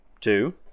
two